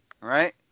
right